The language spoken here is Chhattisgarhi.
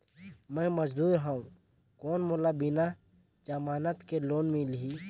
मे मजदूर हवं कौन मोला बिना जमानत के लोन मिलही?